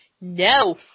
No